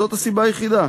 זאת הסיבה היחידה.